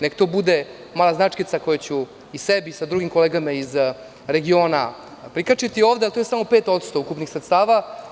Neka to bude moja značkica koju ću i sebi i sa drugim kolegama iz regiona prikačiti ovde, ali to je samo 5% ukupnih sredstava.